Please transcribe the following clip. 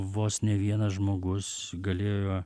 vos ne vienas žmogus galėjo